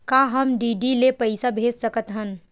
का हम डी.डी ले पईसा भेज सकत हन?